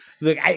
Look